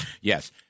Yes